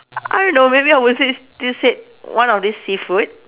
I don't know maybe I would say still say one of this seafood